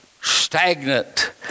stagnant